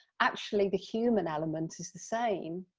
actually the human element is the same.